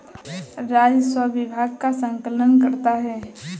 राजस्व विभाग कर का संकलन करता है